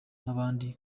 n’abantu